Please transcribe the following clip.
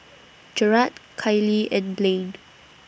Jerrad Kailee and Blaine